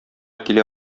килә